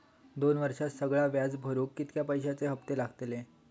दोन वर्षात सगळा व्याज भरुक कितक्या पैश्यांचे हप्ते लागतले?